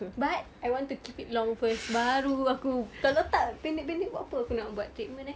but I want to keep it long first baru aku kalau tak pendek pendek buat apa aku nak buat treatment eh